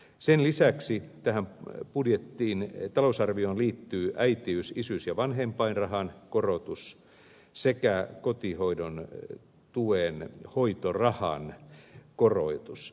sen lisäksi tähän talousarvioon liittyy äitiys isyys ja vanhempainrahan korotus sekä kotihoidon tuen hoitorahan korotus